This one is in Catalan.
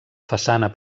façana